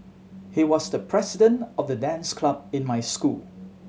he was the president of the dance club in my school